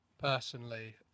personally